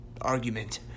argument